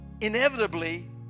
inevitably